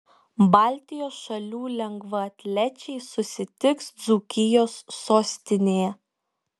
baltijos šalių lengvaatlečiai susitiks dzūkijos sostinėje